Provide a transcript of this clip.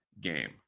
game